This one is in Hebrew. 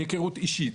מהיכרות אישית,